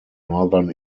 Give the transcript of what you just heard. northern